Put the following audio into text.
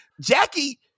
Jackie